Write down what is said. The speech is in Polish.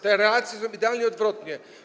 Te relacje są idealnie odwrotne.